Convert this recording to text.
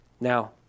Now